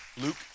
Luke